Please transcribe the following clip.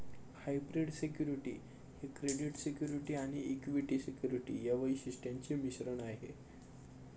hybrid security ही credit security आणि equity security या वैशिष्ट्यांचे मिश्रण आहे